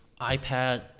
iPad